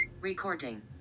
Recording